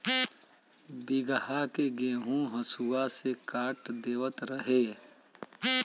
बीघहा के गेंहू हसुआ से काट देवत रहे